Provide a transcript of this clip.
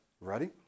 Ready